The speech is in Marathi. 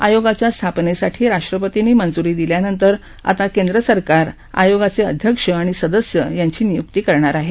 आयोगाच्या स्थापनेसाठी राष्ट्रपतींनी मंज्री दिल्यानंतर आता केंद्र सरकार आयोगाचे अध्यक्ष आणि सदस्य निय्क्त करणार आहे